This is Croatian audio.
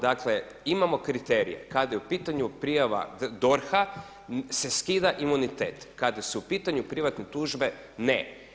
Dakle, imamo kriterije kada je u pitanju prijava DORH-a se skida imunitet, kada su u pitanju privatne tužbe ne.